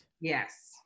Yes